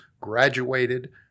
graduated